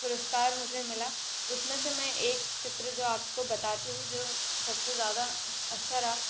पुरुस्कार मुझे मिला उसमें से मैं एक चित्र जो आपको बताती हूँ जो सब से ज़्यादा अच्छा रहा